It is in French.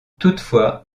toutefois